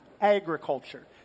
agriculture